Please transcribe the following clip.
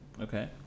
Okay